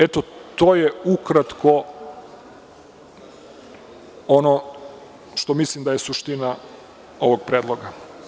Eto, to je ukratko ono što mislim da je suština ovog predloga.